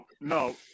no